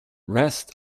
rest